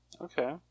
Okay